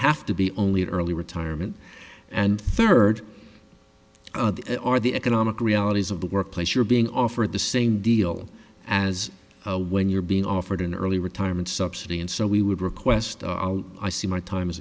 have to be only early retirement and third are the economic realities of the workplace you're being offered the same deal as when you're being offered an early retirement subsidy and so we would request i see my time i